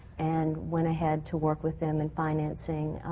and went ahead to work with them in financing.